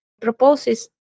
proposes